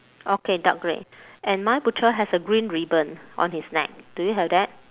okay dark grey and my butcher has a green ribbon on his neck do you have that